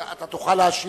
אתה תוכל להשיב,